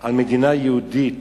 על מדינה יהודית,